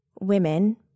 women